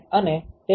અને તે શુ છે